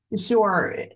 Sure